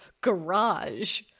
garage